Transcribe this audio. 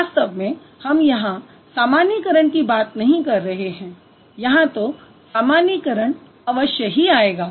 वास्तव में हम यहाँ सामान्यीकरण की बात नहीं कर रहे हैं यहाँ तो सामान्यीकरण अवश्य ही आएगा